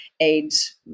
AIDS